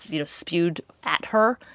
you know, spewed at her.